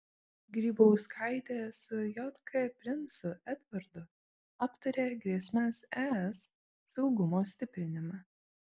grybauskaitė su jk princu edvardu aptarė grėsmes es saugumo stiprinimą